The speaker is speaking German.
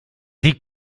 sie